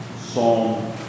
Psalm